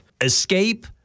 escape